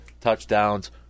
touchdowns